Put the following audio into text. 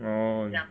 orh